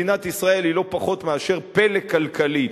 מדינת ישראל היא לא פחות מאשר פלא כלכלי,